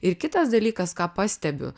ir kitas dalykas ką pastebiu